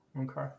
Okay